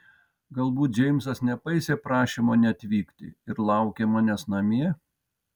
galbūt džeimsas nepaisė prašymo neatvykti ir laukia manęs namie